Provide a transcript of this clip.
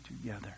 together